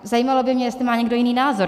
Zajímalo by mě, jestli má někdo jiný názor.